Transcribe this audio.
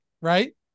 right